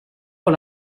con